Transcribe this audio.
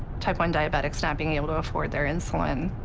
type one diabetics not being able to afford their insulin.